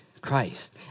Christ